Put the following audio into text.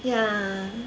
yeah